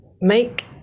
make